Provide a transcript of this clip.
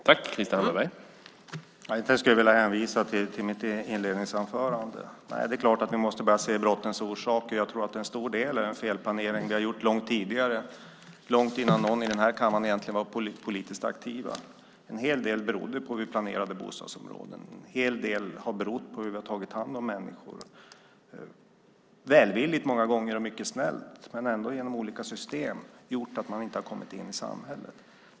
Herr talman! Egentligen skulle jag bara vilja hänvisa till mitt inledningsanförande. Det är klart att vi måste börja se brottens orsak. Jag tror att en stor del är felplanering tidigare, långt innan någon i den här kammaren egentligen var politiskt aktiv. En hel del beror på hur bostadsområdena är planerade. En del har berott på hur man har tagit hand om människor - välvilligt många gånger och mycket snällt, men ändå har de olika systemen gjort att de inte har kommit in i samhället.